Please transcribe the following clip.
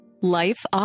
Life